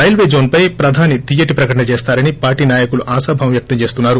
railway zone పై ప్రధాని తియ్యటి ప్రకటన చేస్తారని పార్టీ నాయకులు ఆశాభావం వ్యక్తం చేస్తున్నారు